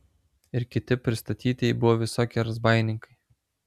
ir kiti pristatytieji buvo visokie razbaininkai